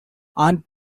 aunt